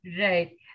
Right